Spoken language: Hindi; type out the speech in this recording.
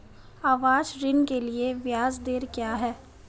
आवास ऋण के लिए ब्याज दर क्या हैं?